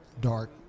dark